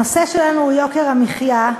הנושא שלנו הוא יוקר המחיה.